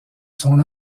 son